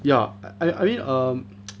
ya I I mean err mm